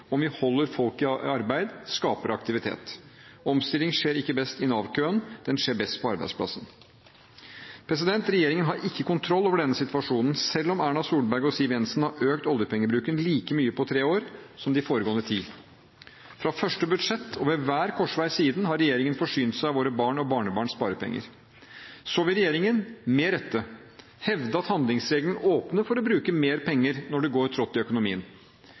om vi holder folk i arbeid og skaper aktivitet. Omstilling skjer ikke best i Nav-køen, den skjer best på arbeidsplassen. Regjeringen har ikke kontroll over denne situasjonen, selv om Erna Solberg og Siv Jensen har økt oljepengebruken like mye på tre år som de foregående ti. Fra første budsjett og ved hver korsvei siden har regjeringen forsynt seg av våre barn og barnebarns sparepenger. Så vil regjeringen – med rette – hevde at handlingsregelen åpner for å bruke mer penger når det går trått i økonomien.